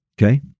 Okay